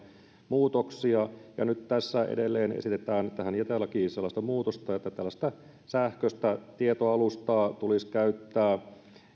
muutoksia ja nyt tässä edelleen esitetään tähän jätelakiin sellaista muutosta että sähköistä tietoalustaa tulisi käyttää